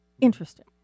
interesting